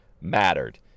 mattered